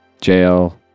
jail